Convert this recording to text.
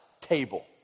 table